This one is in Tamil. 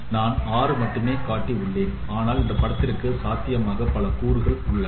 நான் 6 மட்டும் காட்டி உள்ளேன் ஆனால் இந்த படத்திற்கு சாத்தியமான பல கூறுகளும் உள்ளன